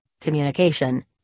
communication